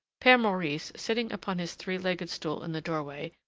pere maurice, sitting upon his three-legged stool in the doorway,